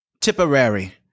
Tipperary